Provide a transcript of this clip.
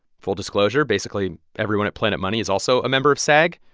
full disclosure basically everyone at planet money is also a member of sag.